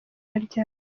ryanje